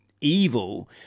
evil